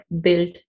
built